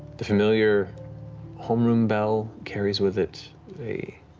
the familiar homeroom bell carries with it a